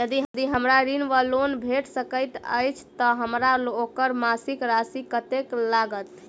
यदि हमरा ऋण वा लोन भेट सकैत अछि तऽ हमरा ओकर मासिक राशि कत्तेक लागत?